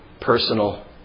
personal